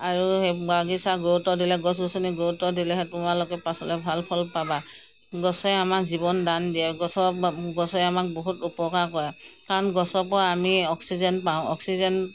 আৰু সেই বাগিচা গুৰুত্ব দিলে দি গছ গছনিক গুৰুত্ব দিলেহে তোমালোকে পাছলৈ ভাল ফল পাবা গছে আমাক জীৱন দান দিয়ে গছৰ গছে আমাক বহুত উপকাৰ কৰে কাৰণ গছৰ পৰা আমি অক্সিজেন পাওঁ অক্সিজেন